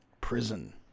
prison